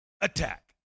attack